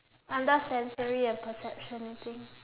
under sensory and perception I think